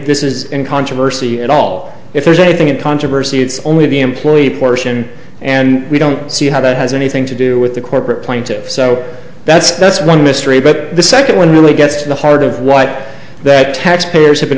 this is in controversy at all if there's anything in controversy it's only the employee portion and we don't see how that has anything to do with the corporate plaintiffs so that's that's one mystery but the second one really gets to the heart of why that taxpayers have been